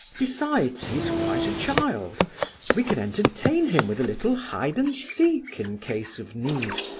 besides, he's quite a child we can entertain him with a little hide-and-seek, in case of need,